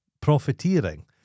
profiteering